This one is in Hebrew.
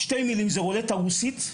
שתי מילים זאת רולטה רוסית,